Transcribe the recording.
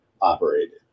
operated